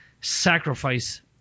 sacrifice